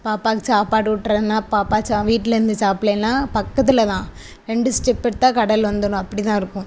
பாப்பாக்கு சாப்பாடு ஊட்டுறதுனா பாப்பா சா வீட்டிலேருந்து சாப்பிடலைன்னா பக்கத்தில் தான் ரெண்டு ஸ்டெப் எடுத்தால் கடல் வந்திரும் அப்படி தான் இருக்கும்